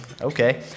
Okay